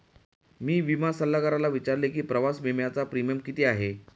मी विमा सल्लागाराला विचारले की प्रवास विम्याचा प्रीमियम किती आहे?